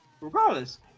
Regardless